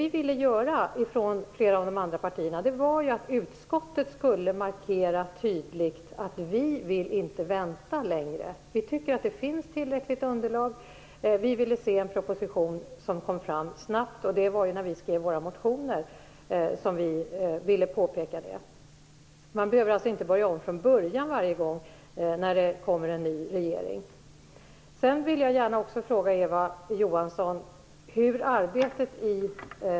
Vad vi och flera av de andra partierna ville var att utskottet tydligt skulle markera att vi inte ville vänta längre. Vi påpekade i våra motioner att vi tyckte att det fanns tillräckligt underlag och att vi ville att en proposition skulle läggas fram snabbt. Man behöver alltså inte börja om från början varje gång en ny regering tillträder.